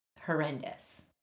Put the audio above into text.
horrendous